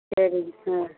சரிங்க ஆ